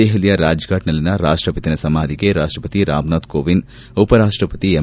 ದೆಹಲಿಯ ರಾಜ್ಫಾಟ್ನಲ್ಲಿನ ರಾಷ್ಲಚಿತನ ಸಮಾಧಿಗೆ ರಾಷ್ಲಪತಿ ರಾಮ್ನಾಥ್ ಕೋವಿಂದ್ ಉಪರಾಷ್ಲಪತಿ ಎಂ